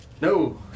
No